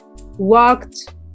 walked